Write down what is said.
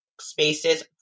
spaces